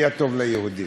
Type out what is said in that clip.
היה טוב ליהודים.